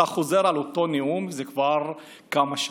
אתה חוזר על אותו נאום זה כבר כמה שנים.